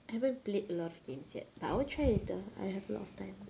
haven't played a lot of games yet but I will try it later I have a lot of time